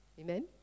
Amen